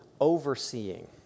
overseeing